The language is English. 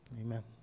Amen